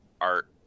art